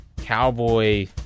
cowboy